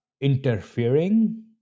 interfering